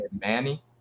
Manny